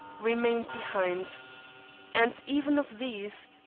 remained behind and, even of these,